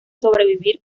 sobrevivir